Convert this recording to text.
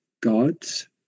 gods